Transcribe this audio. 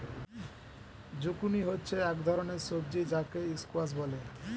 zucchini হচ্ছে এক ধরনের সবজি যাকে স্কোয়াশ বলে